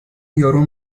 یارو